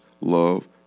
Love